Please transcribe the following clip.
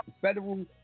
Federal